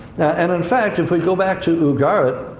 now, and in fact, if we go back to ugarit,